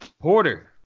Porter